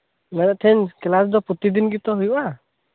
ᱢᱮᱱ ᱮᱫ ᱛᱟᱸᱦᱮᱱᱟᱹᱧ ᱠᱮᱞᱟᱥ ᱫᱚ ᱯᱨᱚᱛᱤᱫᱤᱱ ᱜᱮᱛᱚ ᱦᱩᱭᱩᱜᱼᱟ